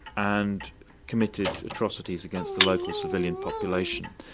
and committed atrocities against the local civilian population.